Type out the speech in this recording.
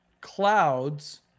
clouds